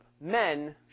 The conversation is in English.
men